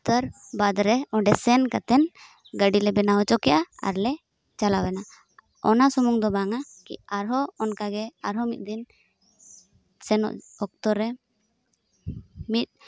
ᱛᱟᱹᱨ ᱵᱟᱫᱽᱨᱮ ᱚᱸᱰᱮ ᱥᱮᱱ ᱠᱟᱛᱮᱱ ᱜᱟ ᱰᱤᱞᱮ ᱵᱮᱱᱟᱣ ᱪᱚ ᱠᱮᱜᱼᱟ ᱟᱨᱞᱮ ᱪᱟᱞᱟᱣᱮᱱᱟ ᱚᱱᱟ ᱥᱩᱢᱩᱝ ᱫᱚ ᱵᱟᱝᱟ ᱠᱮ ᱟᱨᱦᱚᱸ ᱚᱱᱠᱟᱜᱮ ᱟᱨᱦᱚᱸ ᱢᱤᱫ ᱫᱤᱱ ᱥᱮᱱᱚᱜ ᱚᱠᱛᱚᱨᱮ ᱢᱤᱫ